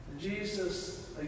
Jesus